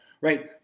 right